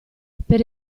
per